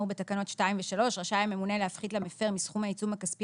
בתקנות 2 ו-3 רשאי הממונה להפחית למפר מסכום העיצום הכספי